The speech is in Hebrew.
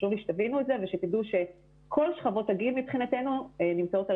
חשוב לי שתבינו את זה ושתדעו שכל שכבות הגיל מבחינתנו נמצאות על